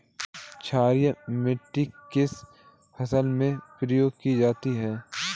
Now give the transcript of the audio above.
क्षारीय मिट्टी किस फसल में प्रयोग की जाती है?